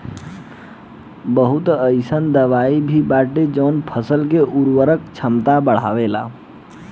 बहुत अईसन दवाई भी बाटे जवन फसल के उर्वरक क्षमता बढ़ावेला